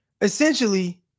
Essentially